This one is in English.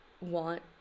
want